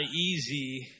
easy